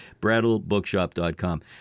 brattlebookshop.com